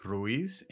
Ruiz